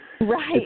right